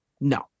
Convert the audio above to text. no